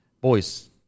Boys